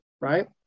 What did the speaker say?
right